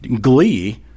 glee